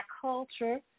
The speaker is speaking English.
culture